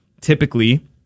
typically